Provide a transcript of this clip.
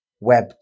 Web